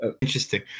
Interesting